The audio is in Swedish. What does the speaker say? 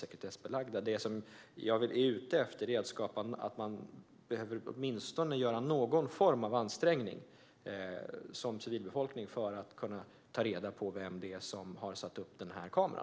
Vad jag är ute efter är att man som civilperson åtminstone ska behöva göra någon form av ansträngning för att kunna ta reda på vem som har satt upp en viss kamera.